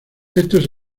estos